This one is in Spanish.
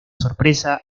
sorpresa